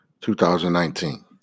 2019